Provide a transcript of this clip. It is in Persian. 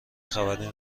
خبری